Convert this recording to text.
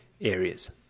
areas